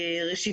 ראשית,